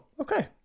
okay